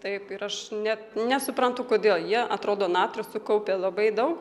taip ir aš net nesuprantu kodėl jie atrodo natrio sukaupę labai daug